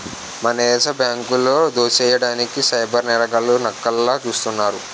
మన దేశ బ్యాంకులో దోసెయ్యడానికి సైబర్ నేరగాళ్లు నక్కల్లా సూస్తున్నారు